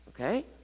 okay